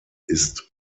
ist